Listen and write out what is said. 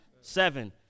Seven